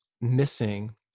Missing